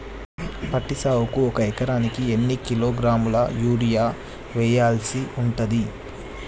పత్తి సాగుకు ఒక ఎకరానికి ఎన్ని కిలోగ్రాముల యూరియా వెయ్యాల్సి ఉంటది?